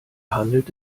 handelt